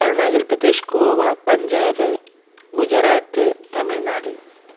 Arunachal Pradesh Goa Punjab Gujarat Tamil Nadu